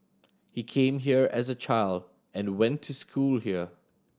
he came here as a child and went to school here